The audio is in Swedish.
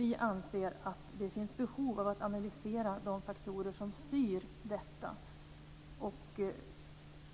Vi anser att det finns behov av att analysera de faktorer som styr detta,